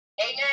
Amen